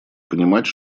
понимать